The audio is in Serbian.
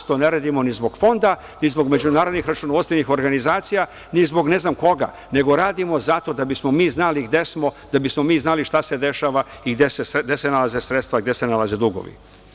To ne radimo ni zbog Fonda, ni zbog međunarodnih računovodstvenih organizacija, ni zbog ne znam koga, nego radimo zato da bismo znali gde smo, da bi smo znali šta se dešava i gde se nalaze sredstva, gde se nalaze dugovi.